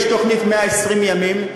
יש התוכנית של "צוות 120 הימים",